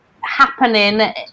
happening